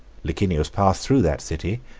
licinius passed through that city,